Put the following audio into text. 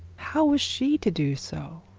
how was she to do so?